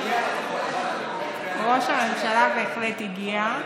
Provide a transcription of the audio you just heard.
ראש הממשלה בהחלט הגיע,